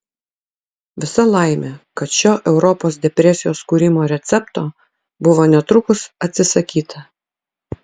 visa laimė kad šio europos depresijos kūrimo recepto buvo netrukus atsisakyta